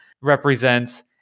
represents